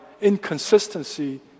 inconsistency